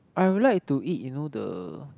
I will like to eat you know the